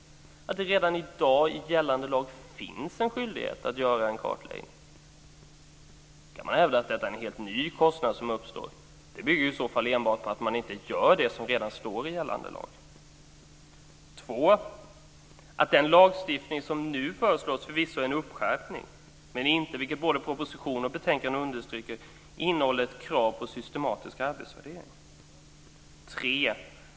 Att det redan i dag, med gällande lag, finns en skyldighet att göra en kartläggning. Man kan hävda att detta är en helt ny kostnad som uppstår. Det bygger i så fall enbart på att man inte gör det som redan står i gällande lag. 2. Att den lagstiftning som nu föreslås förvisso är en uppskärpning men att den inte, vilket både proposition och betänkande understryker, innehåller ett krav på systematisk arbetsvärdering. 3.